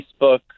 Facebook